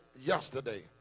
yesterday